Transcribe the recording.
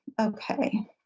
okay